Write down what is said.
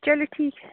چلیئے ٹھیک ہے